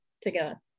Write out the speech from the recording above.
together